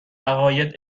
عقاید